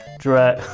drag.